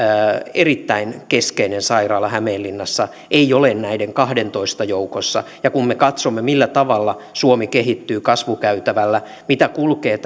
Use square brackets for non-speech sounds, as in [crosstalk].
erittäin keskeinen sairaala hämeenlinnassa ei ole näiden kahdentoista joukossa kun me katsomme millä tavalla suomi kehittyy kasvukäytävällä mitä kulkee [unintelligible]